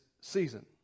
season